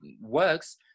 works